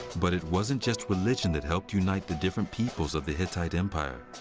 but it wasn't just religion that helped unite the different peoples of the hittite empire.